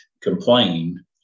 complain